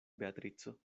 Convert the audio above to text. beatrico